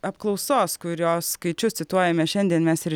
apklausos kurios skaičius cituojame šiandien mes ir